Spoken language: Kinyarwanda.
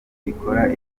gikora